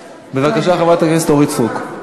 בבקשה, חברת הכנסת אורית סטרוק.